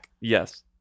Yes